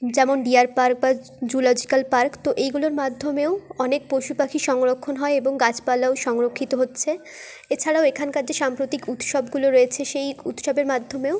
যেমন deer park বা zoological park তো এইগুলোর মাধ্যমেও অনেক পশু পাখি সংরক্ষণ হয় এবং গাছপালাও সংরক্ষিত হচ্ছে এছাড়াও এখানকার যে সাম্প্রতিক উৎসবগুলো রয়েছে সেই উৎসবের মাধ্যমেও